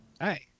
Hi